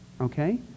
okay